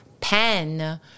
Pen